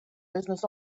business